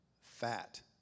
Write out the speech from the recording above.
fat